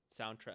soundtrack